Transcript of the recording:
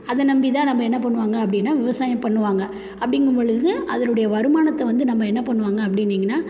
அதை நம்பி தான் நம்ம என்ன பண்ணுவாங்க அப்படின்னா விவசாயம் பண்ணுவாங்க அப்படிங்கும்பொலுது அதனுடைய வருமானத்தை வந்து நம்ம என்ன பண்ணுவாங்க அப்படின்னீங்கன்னா